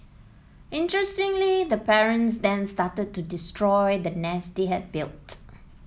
interestingly the parents then started to destroy the nest they had built